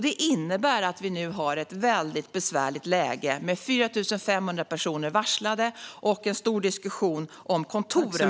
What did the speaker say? Det innebär att vi nu har ett mycket besvärligt läge med 4 500 personer varslade och en stor diskussion om kontoren.